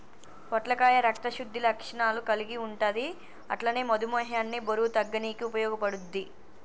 పొట్లకాయ రక్త శుద్ధి లక్షణాలు కల్గి ఉంటది అట్లనే మధుమేహాన్ని బరువు తగ్గనీకి ఉపయోగపడుద్ధి